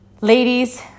ladies